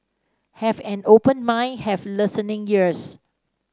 have an open mind have listening ears